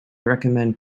recommend